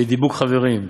בדקדוק חברים,